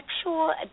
sexual